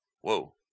Whoa